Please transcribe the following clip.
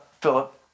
Philip